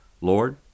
Lord